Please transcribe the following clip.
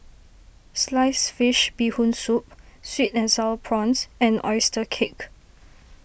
Sliced Fish Bee Hoon Soup Sweet and Sour Prawns and Oyster Cake